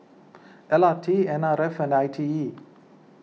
L R T N R F and I T E